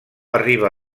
arriba